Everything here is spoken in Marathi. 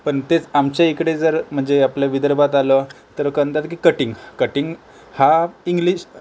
पण तेच आमच्या इकडे जर म्हणजे आपल्या विदर्भात आलं तर कणतात की कटिंग कटिंग हा इंग्लिश